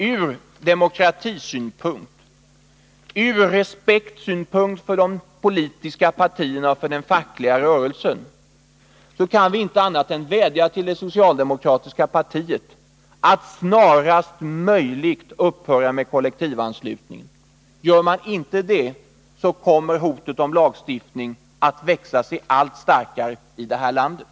Ur demokratisk synpunkt och med hänsyn till respekten för de politiska partierna och den fackliga rörelsen kan vi inte göra annat än att vädja till det socialdemokratiska partiet att snarast upphöra med kollektivanslutningen. Gör det inte det, så kommer kravet på lagstiftning att växa sig allt starkare i landet.